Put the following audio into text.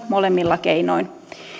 molemmilla keinoin